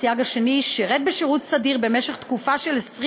הסייג השני: שירת בשירות סדיר במשך תקופה של 20